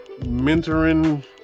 mentoring